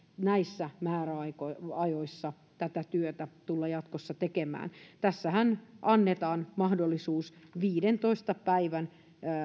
näissä määräajoissa tätä työtä tulla jatkossa tekemään tässähän annetaan mahdollisuus viidentoista päivän